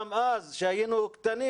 גם אז כשהיינו קטנים,